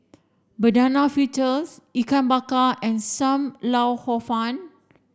banana fritters Ikan Bakar and Sam Lau Hor Fun